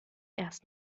erst